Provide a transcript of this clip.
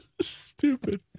Stupid